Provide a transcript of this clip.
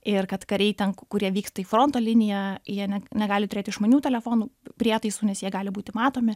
ir kad kariai ten kurie vyksta į fronto liniją jie net negali turėt išmanių telefonų prietaisų nes jie gali būti matomi